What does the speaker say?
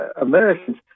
Americans